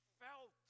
felt